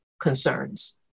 concerns